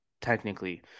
technically